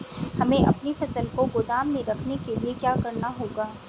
हमें अपनी फसल को गोदाम में रखने के लिये क्या करना होगा?